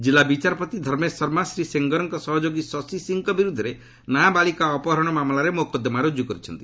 ଜିଲ୍ଲା ବିଚାରପତି ଧର୍ମେଶ ଶର୍ମା ଶ୍ରୀ ସେଙ୍ଗରଙ୍କ ସହଯୋଗୀ ଶଶି ସିଂହଙ୍କ ବିରୁଦ୍ଧରେ ନାବାଳିକା ଅପହରଣ ମାମଲାରେ ମକୋଦ୍ଦମା ରୁଜୁ କରିଛନ୍ତି